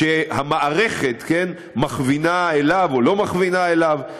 שהמערכת מכווינה אליו או לא מכווינה אליו.